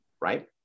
right